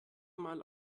mal